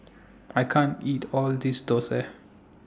I can't eat All of This Dosa